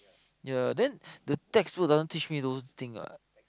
yea then the textbook doesn't teach me those thing [what]